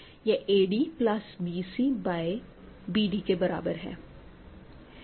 यह ad plus bc by bd के बराबर है